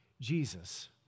Jesus